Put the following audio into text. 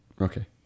Okay